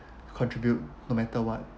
contribute no matter what